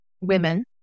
women